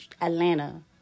atlanta